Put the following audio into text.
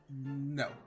No